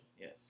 Yes